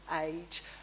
age